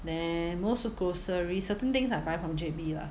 then most of groceries certain things I buy from J_B lah